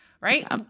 Right